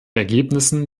ergebnissen